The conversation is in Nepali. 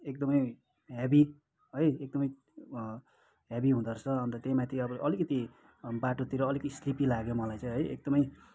एकदमै हेभी है एकदमै हेभी हुदाँ रहेछ अन्त त्यहीमाथि अब अलिकति बाटोतिर अलिक स्लिपी लाग्यो मलाई चाहिँ है एकदमै